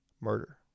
murder